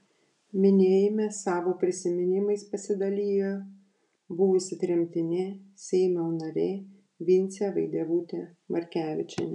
minėjime savo prisiminimais pasidalijo buvusi tremtinė seimo narė vincė vaidevutė markevičienė